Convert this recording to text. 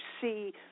see